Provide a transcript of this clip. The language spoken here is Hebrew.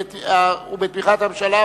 שנלר, ובתמיכת הממשלה.